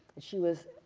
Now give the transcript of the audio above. she was,